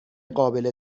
قابل